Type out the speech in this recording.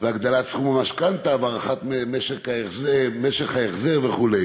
הגדלת סכום המשכנתה, הארכת משך ההחזר וכו'.